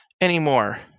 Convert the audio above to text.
anymore